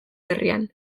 herrian